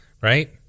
Right